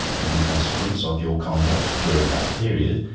in consequence of your conduct during that period,